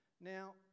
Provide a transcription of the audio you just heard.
Now